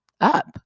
up